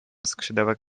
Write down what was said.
skrzydełek